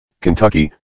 Kentucky